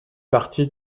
partie